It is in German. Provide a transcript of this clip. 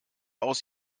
aus